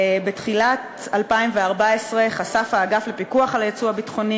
בתחילת 2014 חשף האגף לפיקוח על היצוא הביטחוני